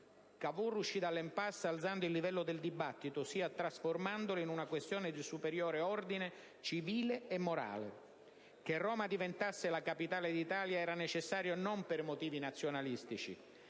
Cavour uscì dall'*impasse* alzando il livello del dibattito, ossia trasformandolo in una questione di superiore ordine civile e morale. Che Roma diventasse la capitale d'Italia era necessario non per motivi nazionalistici,